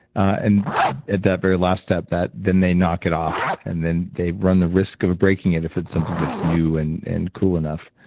and at that very last step, then they knock it off, and then they run the risk of breaking it if it's something that's new and and cool enough.